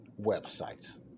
websites